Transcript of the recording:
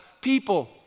people